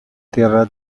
tierra